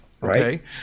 Right